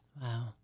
Wow